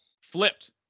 flipped